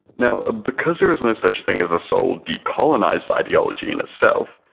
now ah because there is no such thing as a sole decolonized ideology in itself,